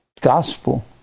gospel